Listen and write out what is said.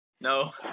no